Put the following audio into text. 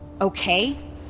Okay